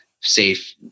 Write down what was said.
safe